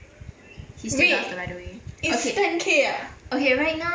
wait is ten K ah